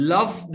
Love